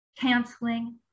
canceling